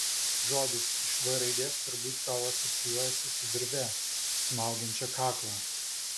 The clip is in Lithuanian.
žodis iš v raidės turbūt tau asocijuojasi su virve smaugiančia kaklą